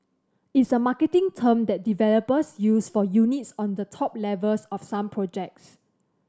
it's a marketing term that developers use for units on the top levels of some projects